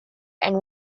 and